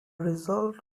result